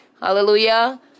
Hallelujah